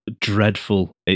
dreadful